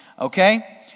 okay